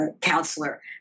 counselor